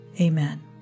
Amen